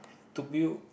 to build